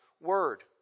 word